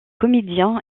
comédien